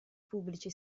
pubblici